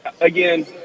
again